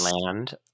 land